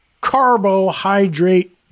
carbohydrate